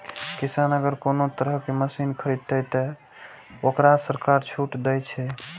किसान अगर कोनो तरह के मशीन खरीद ते तय वोकरा सरकार छूट दे छे?